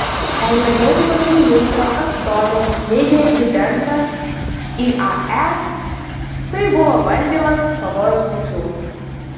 energetikos ministro atstovė neigia incidentą iae tai buvo bandymas pavojaus nekilo